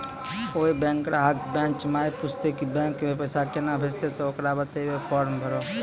कोय बैंक ग्राहक बेंच माई पुछते की बैंक मे पेसा केना भेजेते ते ओकरा बताइबै फॉर्म भरो